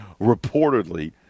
reportedly